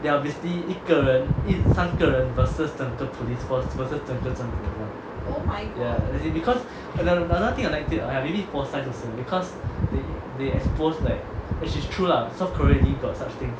there are obviously 一个人三个人 versus 整个 police force versus 整个镇府 ya as in like because another thing I like it because !aiya! maybe because core science because they expose like which is true lah south korea already got such thing